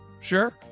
Sure